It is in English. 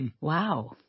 Wow